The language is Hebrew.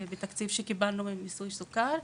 בתקציב שקיבלנו ממיסוי הסוכר.